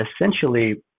essentially